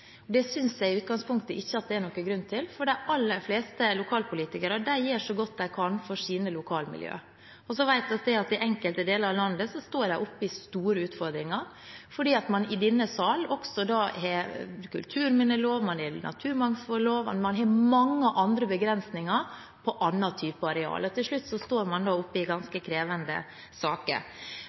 Det synes jeg i utgangspunktet ikke det er noen grunn til, for de aller fleste lokalpolitikere gjør så godt de kan for sine lokalmiljø. Så vet vi at i enkelte deler av landet står de oppe i store utfordringer fordi man i denne sal også har vedtatt en kulturminnelov, man har naturmangfoldlov, og man har mange andre begrensninger på andre typer areal, og til slutt står man oppe i ganske krevende saker.